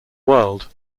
world